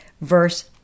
verse